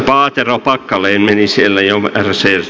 paatero paikalle ennen siellä ilma on siis